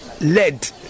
led